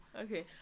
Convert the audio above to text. Okay